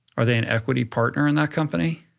are they an equity partner in that company?